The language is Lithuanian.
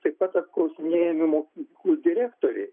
taip pat apklausinėjami mokyklų direktoriai